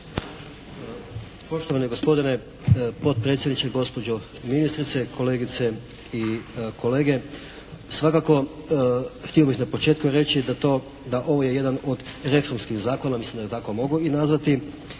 Poštovani gospodine potpredsjedniče, gospođo ministrice, kolegice i kolege. Svakako htio bih na početku reći da to, da ovo je jedan od reformskih Zakona, mislim da ga tako mogu i nazvati